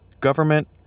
government